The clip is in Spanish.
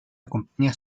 acompaña